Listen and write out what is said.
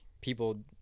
people –